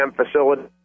facility